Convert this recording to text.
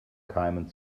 keimen